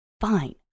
Fine